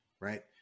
right